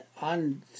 on